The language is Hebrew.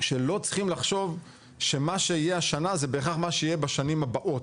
שלא צריכים לחשוב שמה שיהיה שנה זה בהכרח מה שיהיה בשנים הבאות.